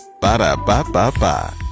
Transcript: Ba-da-ba-ba-ba